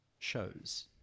shows